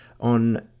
on